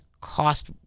cost